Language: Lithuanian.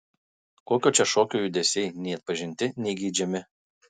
kokio čia šokio judesiai nei atpažinti nei geidžiami